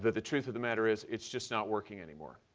the the truth of the matter is, it's just not working anymore.